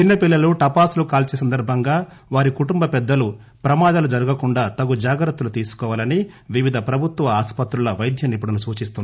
చిన్న పిల్లలు టపాసులు కాల్చే సందర్బంగా వారి కుటుంబ పెద్దలు ప్రమాదాలు జరగకుండా తగు జాగ్రత్తలు తీసుకోవాలని వివిధ ఆసుపత్రుల వైద్య నిపుణులు సూచిస్తున్నారు